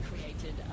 created